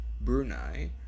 Brunei